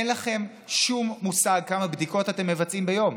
אין לכם שום מושג כמה בדיקות אתם מבצעים ביום.